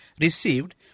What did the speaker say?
received